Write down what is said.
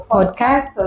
podcast